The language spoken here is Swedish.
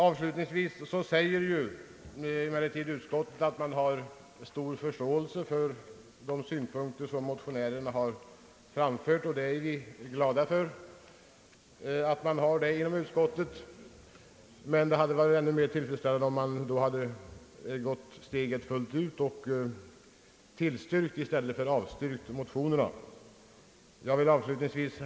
Avslutningsvis säger emellertid utskottet att man har stor förståelse för de synpunkter som motionärerna framfört, och det är vi glada över, men det hade varit ännu mera tillfredsställande om man tagit steget fullt ut och tillstyrkt i stället för avstyrkt motionerna. Herr talman!